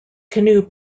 canoe